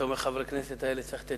אתה אומר שלחברי הכנסת האלה צריך לתת